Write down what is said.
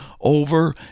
over